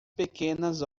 pequenas